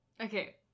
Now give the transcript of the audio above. Okay